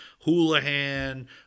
Houlihan